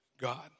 God